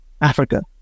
africa